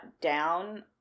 down